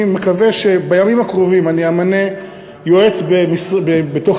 אני מקווה שבימים הקרובים אני אמנה יועץ בתוך